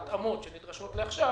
על ההתאמות שנדרשות לעכשיו.